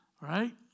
Right